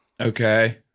Okay